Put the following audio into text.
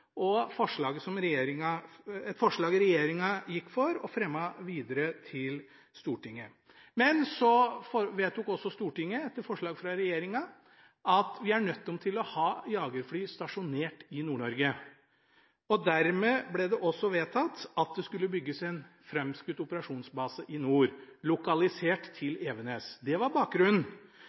var forslaget fra forsvarssjefen, og et forslag regjeringen gikk for og fremmet videre til Stortinget. Men så vedtok også Stortinget – etter forslag fra regjeringen – at vi er nødt til å ha jagerfly stasjonert i Nord-Norge. Dermed ble det også vedtatt at det skulle bygges en framskutt operasjonsbase i nord, lokalisert til Evenes. Det var bakgrunnen.